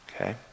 Okay